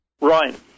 Right